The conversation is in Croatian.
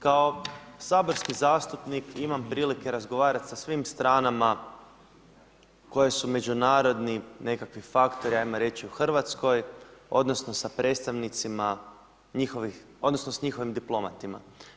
Kao saborski zastupnik imam prilike razgovarati sa svim stranama koje su međunarodni nekakvi faktori hajmo reći u Hrvatskoj, odnosno sa predstavnicima njihovih, odnosno sa njihovim diplomatima.